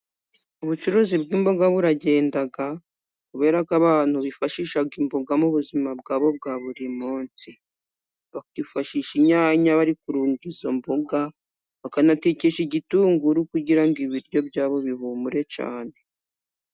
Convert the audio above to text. Ubucuruzi bw'imboga buragenda, kubera ko abantu bifashisha imboga mo ubuzima bwabo bwa buri munsi, bakifashisha inyanya bari kurunga izo mboga, bakanatekesha igitunguru kugira ngo ibiryo byabo bihumure cyane.